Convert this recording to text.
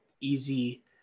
easy